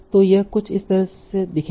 तो यह कुछ इस तरह दिखेगा